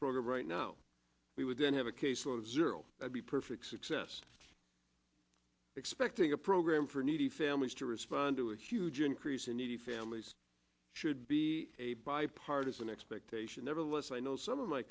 program right now we would then have a case sort of zero would be perfect success expecting a program for needy families to respond to a huge increase in needy families should be a bipartisan expectation nevertheless i know some of my